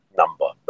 number